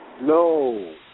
No